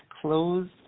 closed